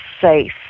safe